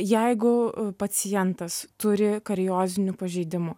jeigu pacientas turi kariozinių pažeidimų